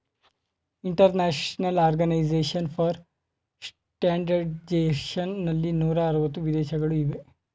international organisation for standardisation ನಲ್ಲಿ ನೂರ ಅರವತ್ತು ವಿದೇಶಗಳು ಇವೆ